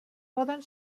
poden